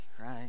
right